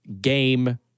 game